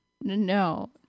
No